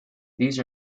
these